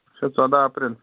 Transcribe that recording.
اچھا ژۄداہ اَپریل